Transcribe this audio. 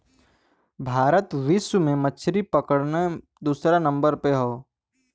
भारत विश्व में मछरी पकड़ना दूसरे नंबर पे हौ